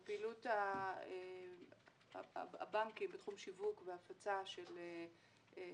פעילות הבנקים בתחום שיווק והפצה של מוצרי